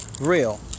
real